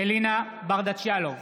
אלינה ברדץ' יאלוב,